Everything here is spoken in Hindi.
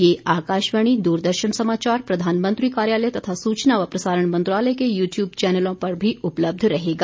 यह आकाशवाणी दूरदर्शन समाचार प्रधानमंत्री कार्यालय तथा सूचना व प्रसारण मंत्रालय के यू ट्यूब चैनलों पर भी उपलब्ध रहेगा